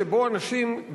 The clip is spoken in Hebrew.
שבו אנשים,